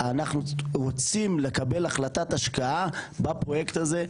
אנחנו רוצים לקבל החלטת השקעה בפרויקט הזה